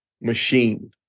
machine